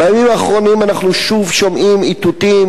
בימים האחרונים אנחנו שוב שומעים איתותים